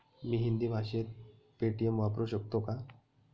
मी हिंदी भाषेत पेटीएम वापरू शकतो का?